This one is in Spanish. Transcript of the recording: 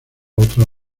otra